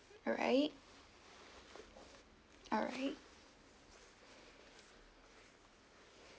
alright alright